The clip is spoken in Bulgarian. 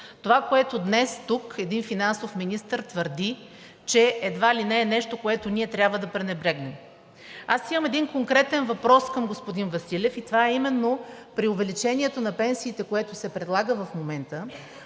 Това, което днес тук един финансов министър твърди, че едва ли не е нещо, което ние трябва да пренебрегнем. Имам един конкретен въпрос към господин Василев и това е именно: при увеличението на пенсиите, което се предлага в момента,